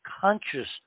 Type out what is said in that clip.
conscious